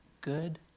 good